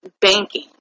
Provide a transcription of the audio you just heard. banking